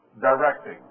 directing